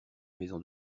maison